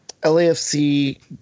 LAFC